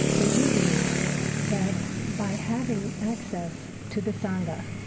they do believe that by having access to the sangha,